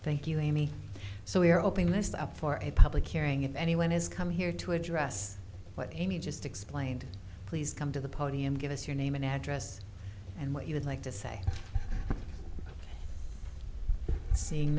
thank you amy so we are opening this up for a public hearing if anyone has come here to address what amy just explained please come to the podium give us your name and address and what you would like to say seeing